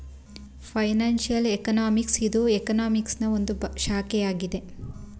financial economics ಇದು ಎಕನಾಮಿಕ್ಸನಾ ಒಂದು ಶಾಖೆಯಾಗಿದೆ